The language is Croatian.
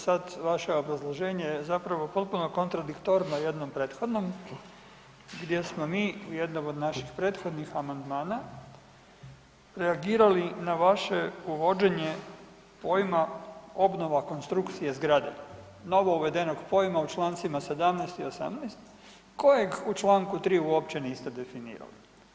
Sad vaše obrazloženje je potpuno kontradiktorno jednom prethodnom gdje smo mi u jednom od naših prethodnih amandmana reagirali na vaše uvođenje pojma obnova konstrukcije zgrade, novo uvedenog pojma u člancima 17. i 18. kojeg u čl. 3. uopće niste definirali.